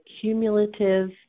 cumulative